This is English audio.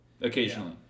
Occasionally